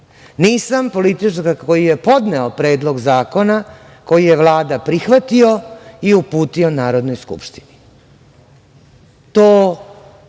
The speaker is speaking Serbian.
Nisam političarka koji je podneo predlog zakona koji je Vlada prihvatio i uputio Narodnoj skupštini. To